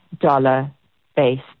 dollar-based